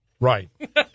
Right